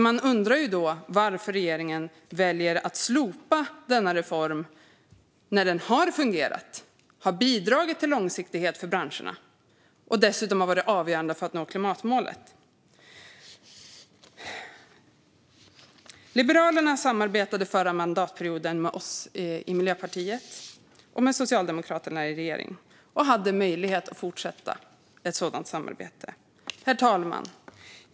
Man undrar då varför regeringen väljer att slopa denna reform när den har fungerat, har bidragit till långsiktighet för branscherna och dessutom har varit avgörande för att nå klimatmålet. Liberalerna samarbetade förra mandatperioden med oss i Miljöpartiet och med Socialdemokraterna i regering - och hade möjlighet att fortsätta ett sådant samarbete. Herr talman!